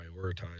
prioritize